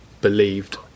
believed